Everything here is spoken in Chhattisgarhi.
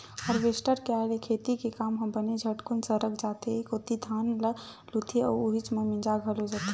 हारवेस्टर के आय ले खेती के काम ह बने झटकुन सरक जाथे एक कोती धान ल लुथे अउ उहीच म मिंजा घलो जथे